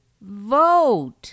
Vote